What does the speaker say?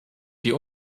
die